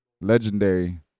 Legendary